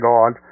God